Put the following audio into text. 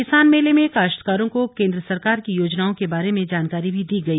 किसान मेले में काश्तकारों को केंद्र सरकार की योजनाओं के बारे में जानकारी भी दी गई